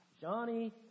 Johnny